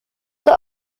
the